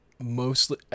mostly